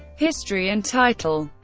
history and title